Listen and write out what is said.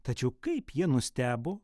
tačiau kaip jie nustebo